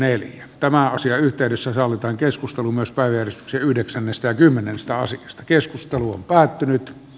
tämän asian yhteydessä sallitaan keskustelu myös päivi edes yhdeksännestä kymmenen listaasi keskustelu on päättynyt